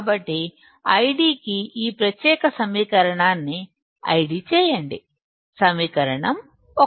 కాబట్టి ఇది ID యొక్క ప్రత్యేకసమీకరణం 1